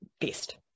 best